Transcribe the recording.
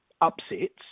upsets